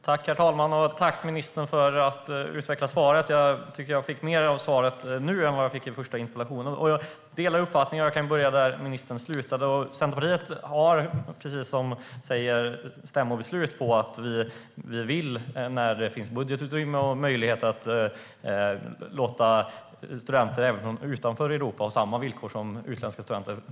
Herr talman! Jag tackar för att ministern utvecklade svaret. Jag fick ut mer nu än jag fick i interpellationssvaret. Låt mig börja där ministern slutade. Centerpartiet har mycket riktigt ett stämmobeslut på att vi när budgetutrymme finns vill ge utomeuropeiska studenter samma villkor som europeiska studenter.